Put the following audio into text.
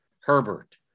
Herbert